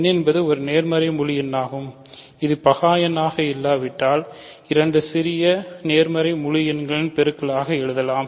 n என்பது ஒரு நேர்மறை முழு எண்ணாகும் இது பகா எண்ணாக இல்லாவிட்டால் இரண்டு சிறிய நேர்மறை முழு எண்களின் பெருக்கலாக எழுதலாம்